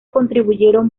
contribuyeron